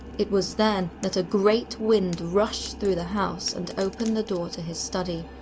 it was then that a great wind rushed through the house and opened the door to his study.